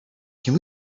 can